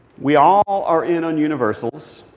we all are in on universals,